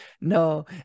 no